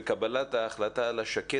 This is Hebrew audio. אבל אנחנו שומעים שבקבלת ההחלטה על שקד,